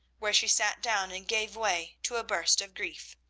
where she sat down and gave way to a burst of grief.